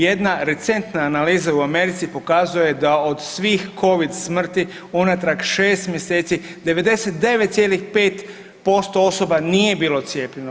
Jedna recentna analiza u Americi pokazuje da od svih covid smrti unatrag 6 mjeseci 99,5% osoba nije bilo cijepljeno.